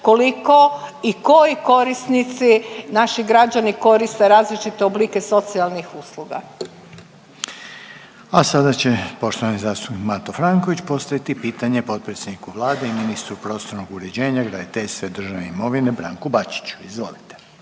koliko i koji korisnici naš građani koriste različite oblike socijalnih usluga. **Reiner, Željko (HDZ)** A sada će poštovani zastupnik Mato Franković postaviti pitanje potpredsjedniku Vlade i ministru prostornog uređenja, graditeljstva i državne imovine Branku Bačiću. Izvolite.